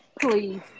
Please